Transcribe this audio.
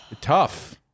Tough